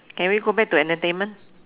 can we go back to entertainment